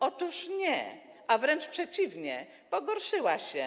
Otóż nie, wręcz przeciwnie, pogorszyła się.